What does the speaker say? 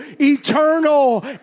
eternal